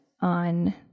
on